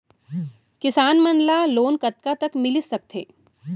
किसान मन ला लोन कतका तक मिलिस सकथे?